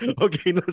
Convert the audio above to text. Okay